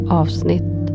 avsnitt